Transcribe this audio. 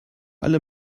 alle